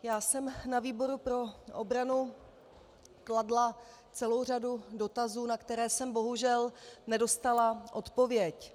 Já jsem na výboru pro obranu kladla celou řadu dotazů, na které jsem bohužel nedostala odpověď.